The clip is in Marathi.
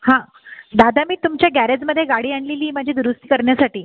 हां दादा मी तुमच्या गॅरेजमध्ये गाडी आणलेली आहे माझी दुरुस्ती करण्यासाठी